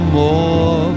more